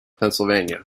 pennsylvania